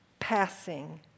passing